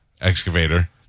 excavator